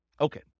Okay